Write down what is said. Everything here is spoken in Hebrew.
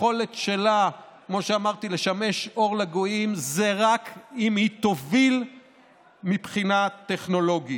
היכולת שלה לשמש אור לגויים זה רק אם היא תוביל מבחינה טכנולוגית.